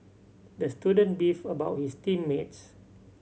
the student beefed about his team mates